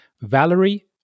Valerie